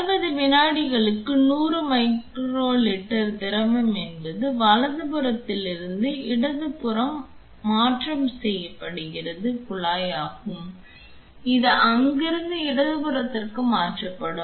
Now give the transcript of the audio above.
60 வினாடிகளுக்கு 100 microlitre திரவம் எனது வலது புறத்தில் இருந்து இடமாற்றம் செய்யப்படும் குழாய் ஆகும் அது இங்கிருந்து இடது புறத்திற்கு மாற்றப்படும்